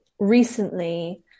recently